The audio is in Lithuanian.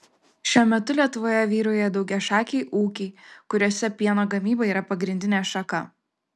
šiuo metu lietuvoje vyrauja daugiašakiai ūkiai kuriuose pieno gamyba yra pagrindinė šaka